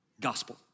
gospel